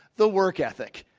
the work ethic,